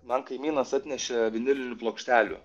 man kaimynas atnešė vinilinių plokštelių